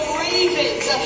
ravens